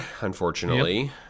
unfortunately